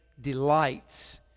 delights